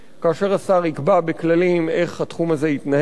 כאשר השר יקבע בכללים איך התחום הזה יתנהל,